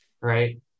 right